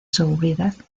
seguridad